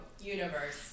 universe